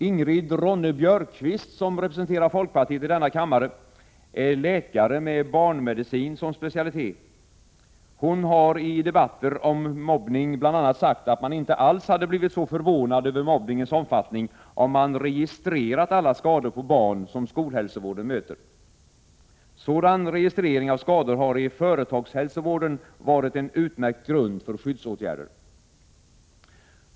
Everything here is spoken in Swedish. Ingrid Ronne-Björkqvist, som representerar folkpartiet i denna kammare, är läkare med barnmedicin som specialitet. Hon har i debatter om mobbning bl.a. sagt att man inte alls hade blivit så förvånad över mobbningens omfattning, om man registrerat alla skador på barn som skolhälsovården möter. Sådan registrering av skador har i företagshälsovården varit en utmärkt grund för skyddsåtgärder.